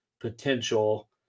potential